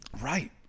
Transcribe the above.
Right